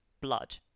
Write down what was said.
blood